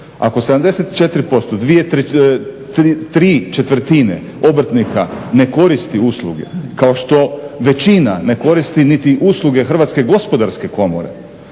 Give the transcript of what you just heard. Ako 74%, ¾ obrtnika ne koristi usluge kao što većina ne koristi niti usluge Hrvatske gospodarske komore